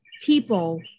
people